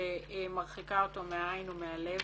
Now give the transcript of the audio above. שמרחיקה אותו מהעין ומהלב.